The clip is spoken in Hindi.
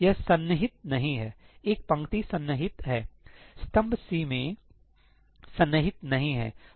यह सन्निहित नहीं है एक पंक्ति सन्निहित है स्तंभ C में सन्निहित नहीं है